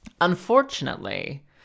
unfortunately